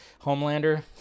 Homelander